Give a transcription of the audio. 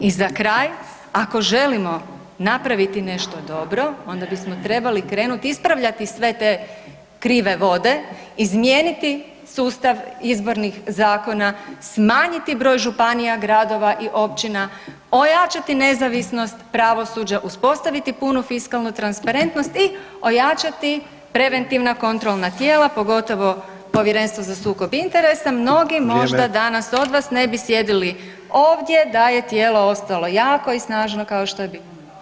I za kraj, ako želimo napraviti nešto dobro, onda bismo trebali krenuti spravljati sve te krive vode, izmijeniti sustav izbornih zakona, smanjiti broj županija, gradova i općina, ojačati nezavisnost pravosuđa, uspostaviti punu fiskalnu transparentnost i ojačati preventivna kontrolna tijela pogotovo Povjerenstvo za sukob interesa [[Upadica Sanader: Vrijeme.]] a mnogi možda danas od vas ne bi sjedili ovdje da je tijelo ostalo jako i snažno kao što je bilo.